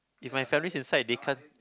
if my family's inside they can't